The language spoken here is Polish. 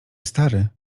stary